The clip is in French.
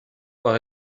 par